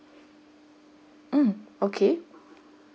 mm okay